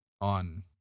on